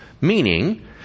meaning